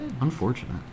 Unfortunate